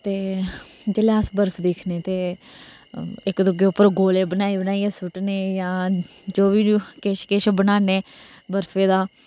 ते जिसलै अस बर्फ दिक्खने ते इक दुऐ उप्पर गोले बनाई बनाई सुट्टने जां जो बी किश किश बनान्ने अस बर्फ दा